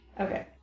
Okay